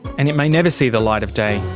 and it may never see the light of day.